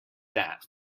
that